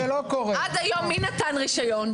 עד היום מי נתן רישיון?